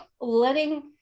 letting